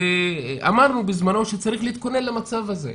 אמרנו בזמנו שצריך להתכונן למצב הזה.